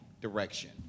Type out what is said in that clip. direction